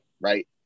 right